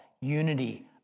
Unity